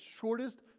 shortest